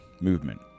movement